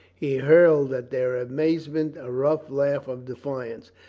he hurled at their amazement a rough laugh of defiance.